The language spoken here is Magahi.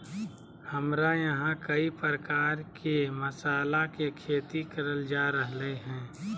हमरा यहां कई प्रकार के मसाला के खेती करल जा रहल हई